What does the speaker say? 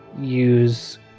use